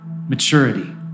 maturity